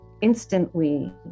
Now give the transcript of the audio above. instantly